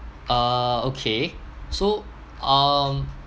uh okay so um